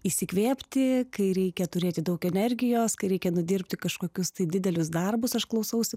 įsikvėpti kai reikia turėti daug energijos kai reikia nudirbti kažkokius tai didelius darbus aš klausausi